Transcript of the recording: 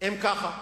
מה זה,